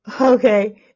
okay